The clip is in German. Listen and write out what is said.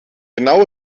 genau